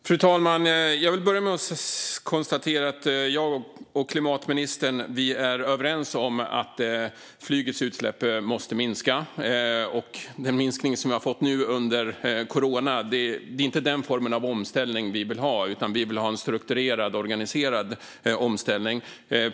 Fru talman! Jag vill börja med att konstatera att klimatministern och jag är överens om att flygets utsläpp måste minska. Den minskning vi har fått nu under corona är inte den form av omställning vi vill ha, utan vi vill ha en strukturerad, organiserad omställning.